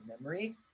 Memory